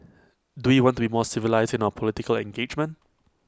do we want to be more civilised in our political engagement